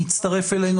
יצטרף אלינו,